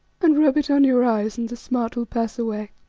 and rub it on your eyes and the smart will pass away.